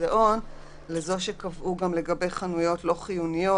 במוזיאון לזו שקבעו גם לגבי חנויות לא חיוניות,